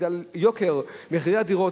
בגלל מחירי הדירות.